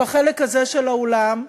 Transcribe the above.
בחלק הזה של האולם,